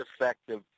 effective